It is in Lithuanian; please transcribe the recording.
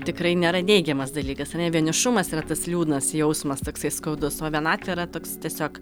tikrai nėra neigiamas dalykas ane vienišumas yra tas liūdnas jausmas toksai skaudus o vienatvė yra toks tiesiog